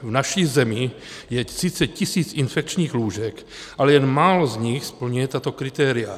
V naší zemi je 30 tisíc infekčních lůžek, ale jen málo z nich splňuje tato kritéria.